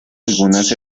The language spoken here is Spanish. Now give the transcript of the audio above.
algunas